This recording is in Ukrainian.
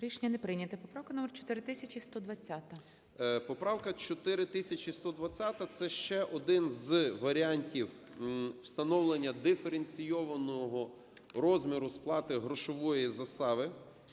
Рішення не прийнято. Поправка номер 4120. 17:31:05 СИДОРОВИЧ Р.М. Поправка 4120 – це ще один з варіантів встановлення диференційованого розміру сплати грошової застави